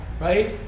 right